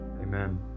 Amen